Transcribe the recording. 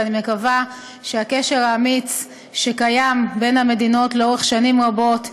ואני מקווה שהקשר האמיץ שקיים בין המדינות במשך שנים רבות יימשך.